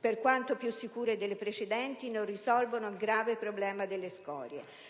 per quanto più sicure delle precedenti non risolvono il grave problema delle scorie.